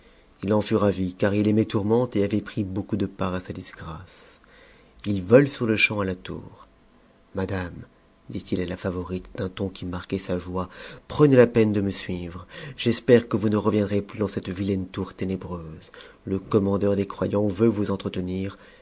il en fut ravi car il aimait tourmente et avait pris beaucoup de part à sa disgrâce il vole sur-le-champ a la tour madame dit-il à la favorite d'un ton qui marquait sa joie prenez la peine de me suivre j'espère que vous ne reviendrez plus dans cette vilaine tour ténébreuse le commandeur des croyants veut vous entretenir